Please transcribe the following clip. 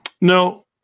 No